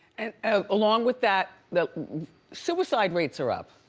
and ah along with that, the suicide rates are up.